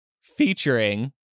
Featuring